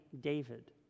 David